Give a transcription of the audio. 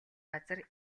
газар